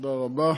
תודה רבה,